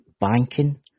banking